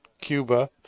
Cuba